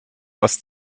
aus